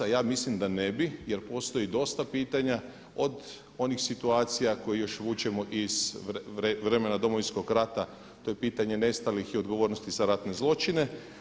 A ja mislim da ne bi jer postoji dosta pitanja od onih situacija koje još vučemo iz vremena Domovinskog rata, to je pitanje nestalih i odgovornosti za ratne zločine.